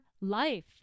life